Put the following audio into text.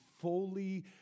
fully